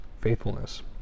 faithfulness